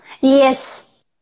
Yes